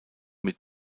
mit